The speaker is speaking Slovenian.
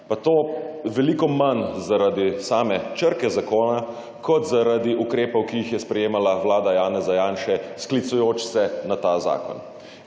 Pa to veliko manj zaradi same črke zakona, kot zaradi ukrepov, ki jih je sprejemala vlada Janeza Janše, sklicujoč se na ta zakon.